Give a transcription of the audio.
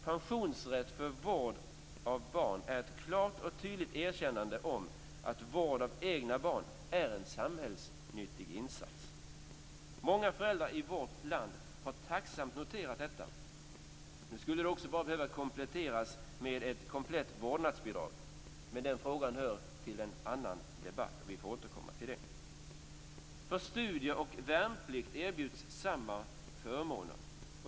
Pensionsrätt för vård av barn är ett klart och tydligt erkännande av att vård av egna barn är en samhällsnyttig insats. Många föräldrar i vårt land har tacksamt noterat detta. Nu skulle det också bara behöva kompletteras med ett komplett vårdnadsbidrag men den frågan hör till en annan debatt. Vi får återkomma till den saken. För studier och värnplikt erbjuds samma förmåner.